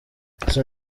izo